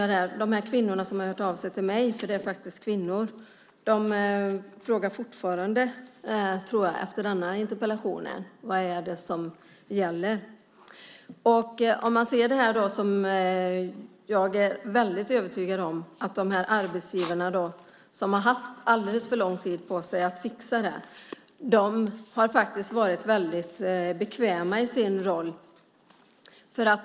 Jag tror att de här kvinnorna som har hört av sig till mig - det är faktiskt kvinnor - fortfarande, efter denna interpellation, undrar: Vad är det som gäller? Jag är övertygad om att de här arbetsgivarna, som har haft alldeles för lång tid på sig att fixa det här, har varit väldigt bekväma i sin roll.